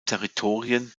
territorien